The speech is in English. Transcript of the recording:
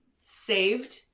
saved